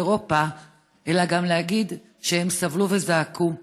אירופה אלא להגיד שגם הם סבלו וזעקו.